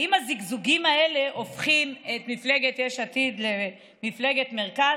האם הזגזוגים האלה הופכים את מפלגת יש עתיד למפלגת מרכז?